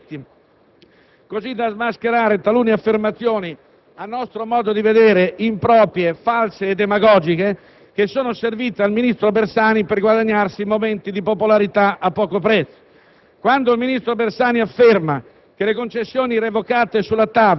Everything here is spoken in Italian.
Il dibattito di merito, signor Presidente, consentirà di approfondire questi aspetti, così da smascherare talune affermazioni a nostro modo di vedere improprie, false e demagogiche, servite al ministro Bersani a guadagnarsi momenti di popolarità a poco prezzo.